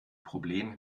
problem